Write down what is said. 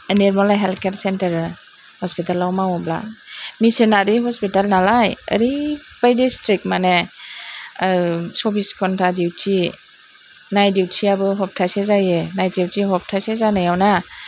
Nirmala health care सेन्टारा हस्पिटालाव मावोब्ला मिसनारि हस्पिटाल नालाय ओरैबादि स्ट्रिक मानि सब्बिस घण्टा डिउटि नाइट डिउटियाबो हप्तासे जायो नाइट डिउटि हप्तासे जानायावना